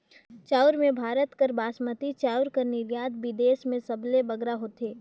चाँउर में भारत कर बासमती चाउर कर निरयात बिदेस में सबले बगरा होथे